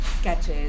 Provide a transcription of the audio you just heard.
sketches